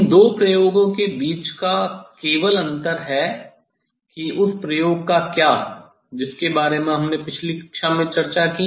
इन दो प्रयोगों के बीच का केवल अंतर है कि उस प्रयोग का क्या जिसके बारे में हमने पिछली कक्षा में चर्चा की